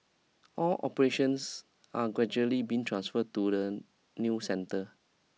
all operations are gradually being transferred to the new centre